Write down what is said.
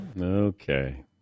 Okay